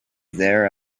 there